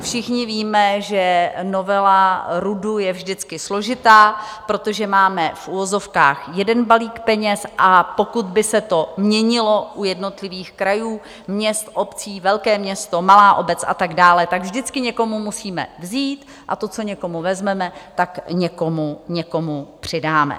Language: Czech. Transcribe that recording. Všichni víme, že novela RUDu je vždycky složitá, protože máme v uvozovkách jeden balík peněz, a pokud by se to měnilo u jednotlivých krajů, měst, obcí velké město, malá obec a tak dále tak vždycky někomu musíme vzít a to, co někomu vezmeme, tak někomu přidáme.